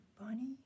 bunny